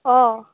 অ